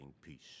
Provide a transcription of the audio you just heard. peace